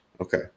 okay